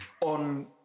On